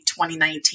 2019